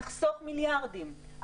נחסוך מיליארדים,